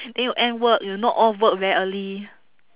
then you end work you knock off work very early